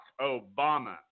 Obama